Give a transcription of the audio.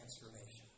transformation